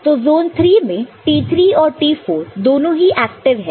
तो zone III में T3 और T4 दोनों ही एक्टिव है